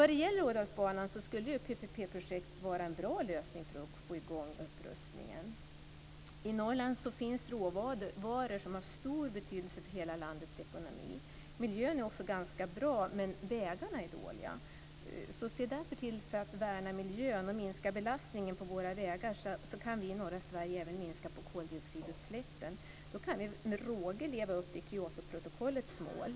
När det gäller Ådalsbanan skulle PPP-projekt vara en bra lösning för att få i gång upprustningen. I Norrland finns råvaror som har stor betydelse för hela landets ekonomi. Miljön är också ganska bra. Men vägarna är dåliga. Se därför till att värna miljön och minska belastningen på våra vägar, så kan vi i norra Sverige även minska på koldioxidutsläppen. Då kan vi med råge leva upp till Kyotoprotokollets mål.